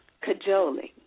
cajoling